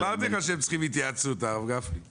אמרתי לך שהם צריכים התייעצות, הרב גפני.